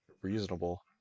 reasonable